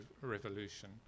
revolution